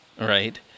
right